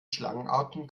schlangenarten